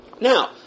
Now